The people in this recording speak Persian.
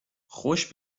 خوش